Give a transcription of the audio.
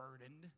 burdened